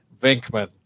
Vinkman